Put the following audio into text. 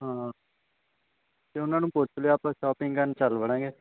ਹਾਂ ਅਤੇ ਉਹਨਾਂ ਨੂੰ ਪੁੱਛ ਲਿਓ ਆਪਾਂ ਸ਼ੋਪਿੰਗ ਕਰਨ ਚੱਲ ਪਵਾਂਗੇ